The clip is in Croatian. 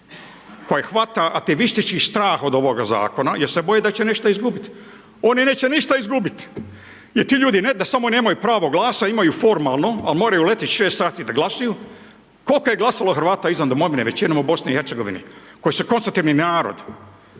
koje hvata ativistički strah od ovoga zakona jer se boje da će nešto izgubiti, oni neće ništa izgubiti, jer ti ljudi ne da samo nemaju pravo glasa, imaju formalno, ali moraju letit 6 sati da glasuju koliko je glasalo Hrvata izvan domovine, većinom u BiH koji su konstutivni narod.